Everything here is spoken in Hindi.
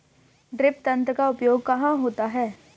ड्रिप तंत्र का उपयोग कहाँ होता है?